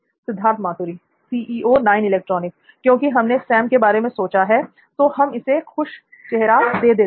सिद्धार्थ मातुरी क्योंकि हमने सेम के बारे में सोचा है तो हम इसे खुश चेहरा दे देते हैं